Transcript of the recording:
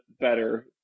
better